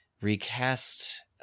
recast